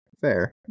Fair